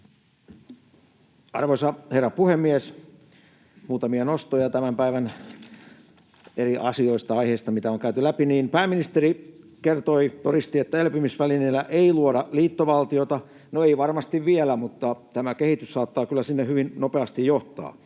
Arvoisa herra puhemies! Muutamia nostoja tämän päivän eri asioista, aiheista, mitä on käyty läpi. Pääministeri kertoi, todisti, että elpymisvälineellä ei luoda liittovaltiota. No, ei varmasti vielä, mutta tämä kehitys saattaa kyllä sinne hyvin nopeasti johtaa.